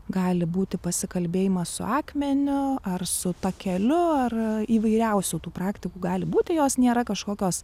gali būti pasikalbėjimas su akmeniu ar su takeliu ar įvairiausių tų praktikų gali būti jos nėra kažkokios